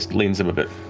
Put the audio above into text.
leans in a bit.